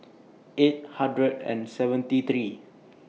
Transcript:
eight hundred and seventy three